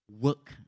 Work